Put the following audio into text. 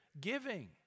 Giving